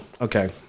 okay